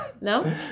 No